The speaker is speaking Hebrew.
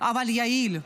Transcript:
אבל יעיל.